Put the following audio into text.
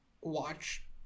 watch